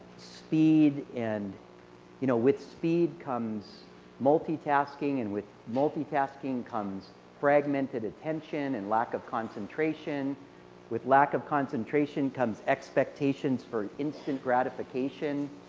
speed and you know with speed comes multi-tasking and with multi-tasking comes fragmented attention and lack of concentration with lack of concentration comes expectations for instant gratification,